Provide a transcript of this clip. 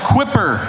Quipper